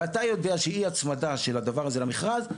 ואתה יודע שאי הצמדה של הדבר הזה למכרז,